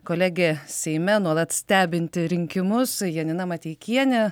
kolegė seime nuolat stebinti rinkimus janina mateikienė